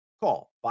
Call